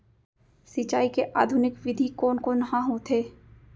सिंचाई के आधुनिक विधि कोन कोन ह होथे?